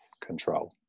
control